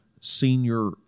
senior